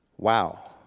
wow.